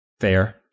fair